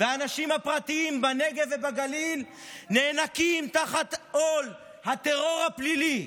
והאנשים הפרטיים בנגב ובגליל נאנקים תחת עול הטרור הפלילי,